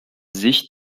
sich